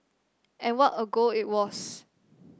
and what a goal it was